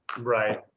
right